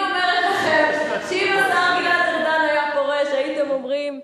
אני אומרת לכם שאם השר גלעד ארדן היה פורש הייתם אומרים: